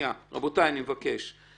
רבותי, אני מבקש.